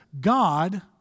God